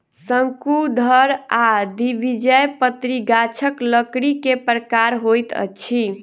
शंकुधर आ द्विबीजपत्री गाछक लकड़ी के प्रकार होइत अछि